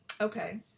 Okay